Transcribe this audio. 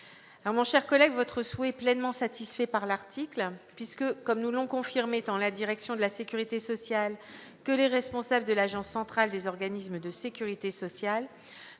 Mon cher collègue, votre souhait est pleinement satisfait par l'article, puisque, comme nous l'ont confirmé tant la direction de la sécurité sociale que les responsables de l'Agence centrale des organismes de sécurité sociale,